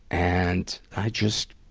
and, i just,